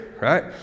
right